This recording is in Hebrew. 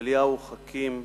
אליהו חכים,